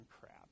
crap